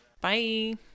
Bye